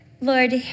Lord